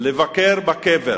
לבקר בקבר.